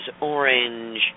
orange